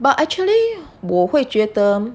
but actually 我会觉得